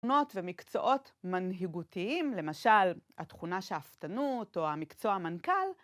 תכונות ומקצועות מנהיגותיים, למשל התכונה שאפתנות או המקצוע מנכ״ל